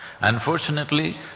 Unfortunately